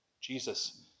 Jesus